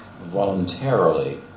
voluntarily